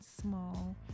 small